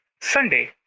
Sunday